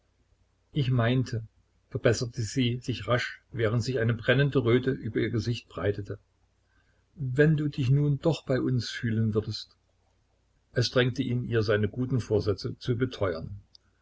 ich meinte verbesserte sie sich rasch während sich eine brennende röte über ihr gesicht breitete wenn du dich nun doch bei uns fühlen würdest es drängte ihn ihr seine guten vorsätze zu beteuern